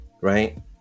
Right